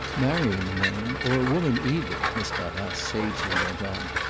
marrying a man, or woman either, miss barrace sagely went on,